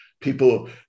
people